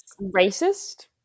Racist